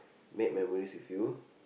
make memories with you